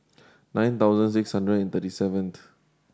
nine thousand six hundred and thirty seven